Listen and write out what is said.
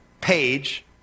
page